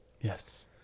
Yes